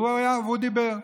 והוא דיבר.